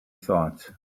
thought